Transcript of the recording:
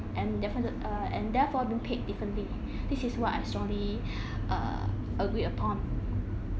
and definite err and therefore being paid differently this is what I strongly err agreed upon yeah